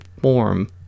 form